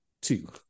two